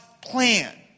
plan